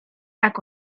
jak